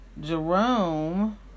Jerome